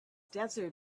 desert